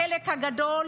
לחלק גדול